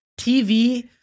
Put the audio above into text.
TV